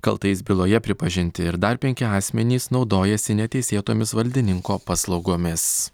kaltais byloje pripažinti ir dar penki asmenys naudojęsi neteisėtomis valdininko paslaugomis